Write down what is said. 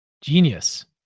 Genius